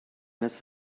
miss